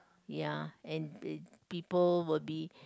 ya and the people will be